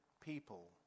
people